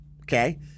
okay